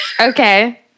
Okay